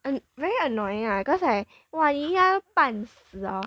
and very annoying ah cause I !wah! 印到半死哦